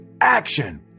action